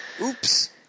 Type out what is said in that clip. Oops